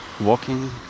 walking